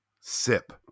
Sip